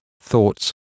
thoughts